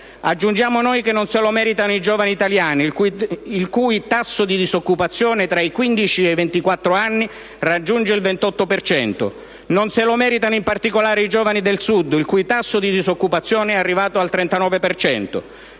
Aggiungiamo noi che non se lo meritano i giovani italiani, il cui tasso di disoccupazione tra i 15 e i 24 anni raggiunge il 28 per cento; non se lo meritano, in particolare, i giovani del Sud, il cui tasso di disoccupazione è arrivato al 39